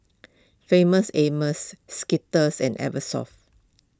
Famous Amos Skittles and Eversoft